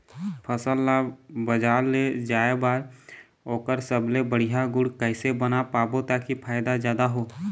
फसल ला बजार ले जाए बार ओकर सबले बढ़िया गुण कैसे बना पाबो ताकि फायदा जादा हो?